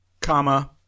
comma